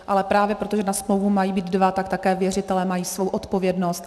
Ale právě proto, že na smlouvu mají být dva, tak také věřitelé mají svou odpovědnost.